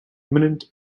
imminent